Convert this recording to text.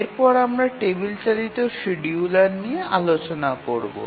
এরপর আমরা টেবিল চালিত শিডিয়ুলার নিয়ে আলোচনা করবো